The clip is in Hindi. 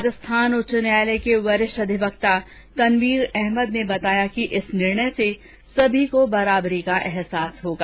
राजस्थान उच्च न्यायालय के वरिष्ठ अधिवक्ता तनवीर अहमद ने बताया कि इस निर्णय से सभी को बराबरी का अहसास होगा